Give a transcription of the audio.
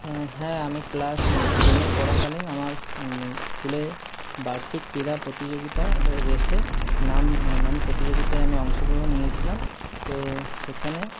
হ্যাঁ আমি ক্লাস টেনে পড়াকালীন আমার স্কুলে বার্ষিক ক্রীড়া প্রতিযোগিতা একটা রেসে নাম নাম প্রতিযোগিতায় আমি অংশগ্রহণ নিয়েছিলাম তো সেখানে